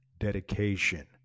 dedication